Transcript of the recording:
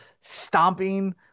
stomping